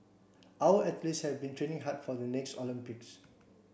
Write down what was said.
our athletes have been training hard for the next Olympics